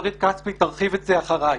שרית כספי תרחיב על כך אחר כך.